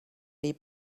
les